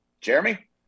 Jeremy